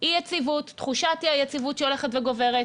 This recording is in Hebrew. אי יציבות, תחושת אי היציבות שהולכת וגוברת,